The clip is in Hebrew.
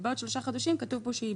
ובעוד שלושה חודשים היא בטלה.